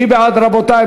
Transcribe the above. מי בעד, רבותי?